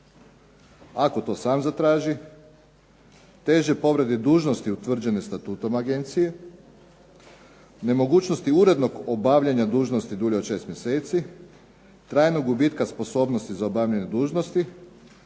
ako to sam zatraži, težoj povredi dužnosti utvrđenih statutom agencije, nemogućnosti urednog obavljanja dužnosti dulje od 6 mjeseci, trajnog gubitka sposobnosti za obavljanje dužnosti,